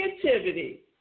creativity